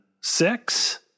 six